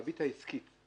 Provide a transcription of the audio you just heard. הריבית העסקית,